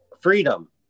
Freedom